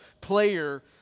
player